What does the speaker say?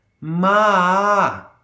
Ma